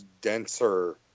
denser